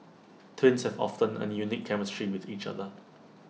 twins have often A unique chemistry with each other